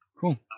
Cool